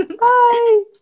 Bye